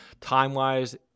time-wise